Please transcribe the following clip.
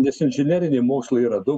nes inžineriniai mokslai yra daug